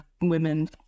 women